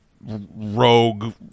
rogue